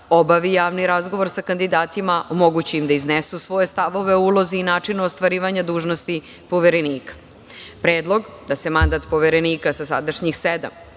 obavi javni razgovor sa kandidatima, omogući im da iznesu svoje stavove u ulozi i načinu ostvarivanja dužnosti Poverenika. Predlog da se mandat Poverenika sa sadašnjih sedam